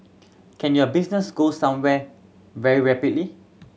can your business go somewhere very rapidly